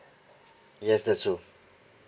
yes that's all